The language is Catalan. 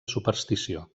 superstició